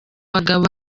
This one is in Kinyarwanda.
bagabo